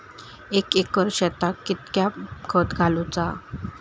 एक एकर शेताक कीतक्या खत घालूचा?